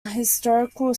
historical